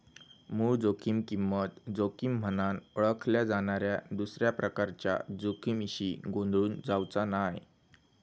मूळ जोखीम किंमत जोखीम म्हनान ओळखल्या जाणाऱ्या दुसऱ्या प्रकारच्या जोखमीशी गोंधळून जावचा नाय